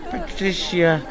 Patricia